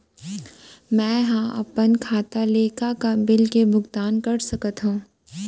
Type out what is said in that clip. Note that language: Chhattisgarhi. मैं ह अपन खाता ले का का बिल के भुगतान कर सकत हो